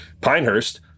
Pinehurst